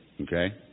Okay